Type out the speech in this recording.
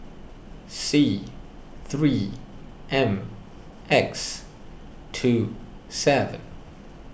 C three M X two seven